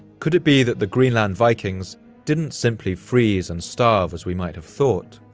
could it be that the greenland vikings didn't simply freeze and starve as we might have thought?